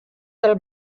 del